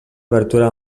obertura